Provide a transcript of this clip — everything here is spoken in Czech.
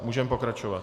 Můžeme pokračovat.